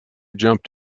jumped